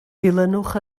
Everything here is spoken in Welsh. dilynwch